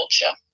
culture